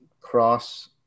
cross